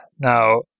now